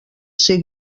ser